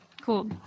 cool